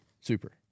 super